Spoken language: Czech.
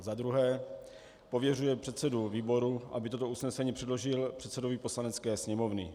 II. pověřuje předsedu výboru, aby toto usnesení předložil předsedovi Poslanecké sněmovny.